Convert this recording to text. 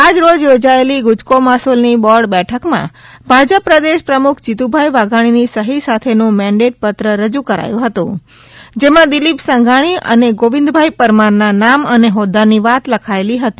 આજરોજ યોજાયેલી ગુજકોમસોલની બોર્ડ બેઠકમા ભાજપ પ્રદેશ પ્રમુખ જીતુભાઈ વાઘાણીની સહી સાથેનો મેનડેટ પત્ર રજૂ કરાયો હતો જેમાં દિલિપ સંઘાણી અને ગોવિંદભાઈ પરમારના નામ અને હોદ્દાની વાત લખાયેલી હતી